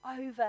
over